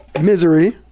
Misery